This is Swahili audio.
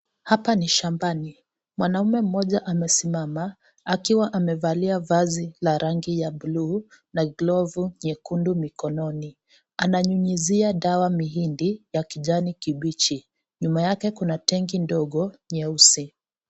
Hapa ni shambani. Mwanaume mmoja amesimama akiwa amevalia vazi la rangi ya bulu na glovu nyekundu mikononi. Ananyunyuzia dawa mihindi ya kijani kibichi, nyuma yake kuna kitenki kidogo nyeusi.